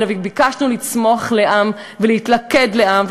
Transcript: באנו וביקשנו לצמוח לעם ולהתלכד לעם,